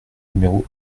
numéro